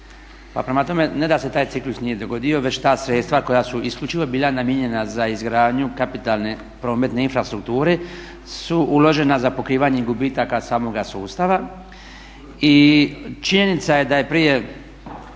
Pa prema tome ne da se taj ciklus nije dogodio već ta sredstva koja su isključivo bila namijenjena za izgradnju kapitalne prometne infrastrukture su uložena za pokrivanje i gubitak samoga sustava i činjenica je da je prije